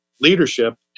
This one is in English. leadership